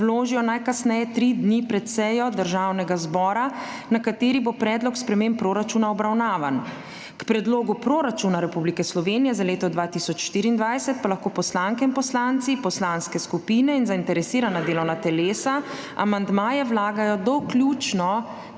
vložijo najkasneje 3 dni pred sejo Državnega zbora, na kateri bo predlog sprememb proračuna obravnavan. K predlogu proračuna Republike Slovenije za leto 2024 pa lahko poslanke in poslanci, poslanske skupine in zainteresirana delovna telesa amandmaje vlagajo do vključno